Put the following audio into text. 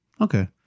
Okay